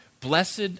Blessed